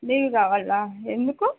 leave కావాలా ఎందుకు